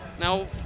Now